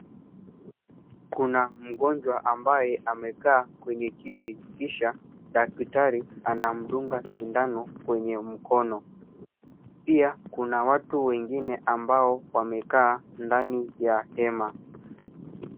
Kuna mgonjwa ambaye amekaa kwenye kiti kisha daktari anamdunga shindano kwenye mkono. Pia kuna watu wengine ambao wamekaa ndani ya hema.